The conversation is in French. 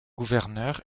gouverneur